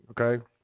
Okay